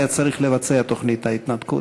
היה צריך לבצע את תוכנית ההתנתקות.